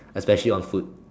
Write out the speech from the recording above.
especially on food